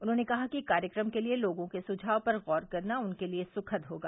उन्होंने कहा कि कार्यक्रम के लिए लोगों के सुझाव पर गौर करना उनके लिए सुखद होगा